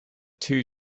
two